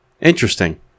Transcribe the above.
interesting